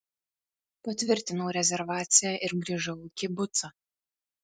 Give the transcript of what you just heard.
patvirtinau rezervaciją ir grįžau į kibucą